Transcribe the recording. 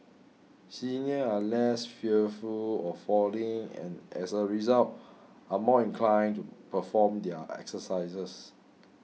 seniors are less fearful of falling and as a result are more inclined to perform their exercises